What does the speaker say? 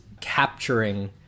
capturing